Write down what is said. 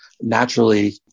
naturally